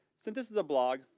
since this is a blog,